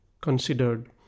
considered